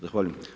Zahvaljujem.